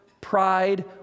pride